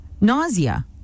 nausea